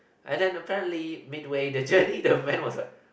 and then apparently midway the journey the van was like